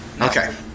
Okay